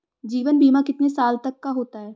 जीवन बीमा कितने साल तक का होता है?